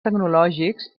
tecnològics